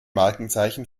markenzeichen